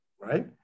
right